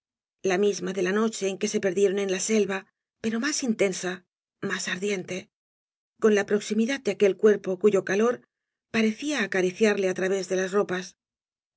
la misma de la noche en que se perdieron en la selva pero más intensa más ardiente con la proximidad de aquel cuerpo cuyo calor parecía acariciarle á través de las ropas